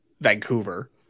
Vancouver